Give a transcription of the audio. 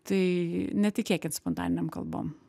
tai netikėkit spontaninėm kalbom